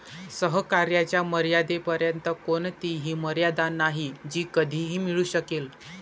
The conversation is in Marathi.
सहकार्याच्या मर्यादेपर्यंत कोणतीही मर्यादा नाही जी कधीही मिळू शकेल